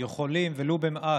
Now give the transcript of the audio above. יכולים ולו במעט,